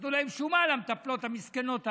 נתנו שומה למטפלות המסכנות הללו,